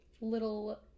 little